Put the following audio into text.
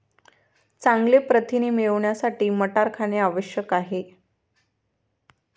चांगले प्रथिने मिळवण्यासाठी मटार खाणे आवश्यक आहे